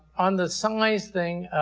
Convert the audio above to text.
on the size thing,